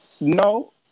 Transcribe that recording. No